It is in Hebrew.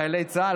חיילי צה"ל,